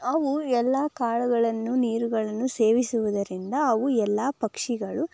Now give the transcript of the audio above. ಅವು ಎಲ್ಲ ಕಾಳುಗಳನ್ನು ನೀರುಗಳನ್ನು ಸೇವಿಸುವುದರಿಂದ ಅವು ಎಲ್ಲ ಪಕ್ಷಿಗಳು